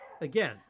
Again